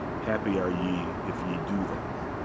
happy are ye if ye do them.